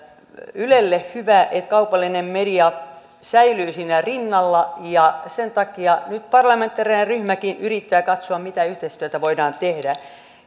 ylelle hyvä että kaupallinen media säilyy siinä rinnalla ja sen takia nyt parlamentaarinen ryhmäkin yrittää katsoa mitä yhteistyötä voidaan tehdä